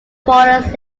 borders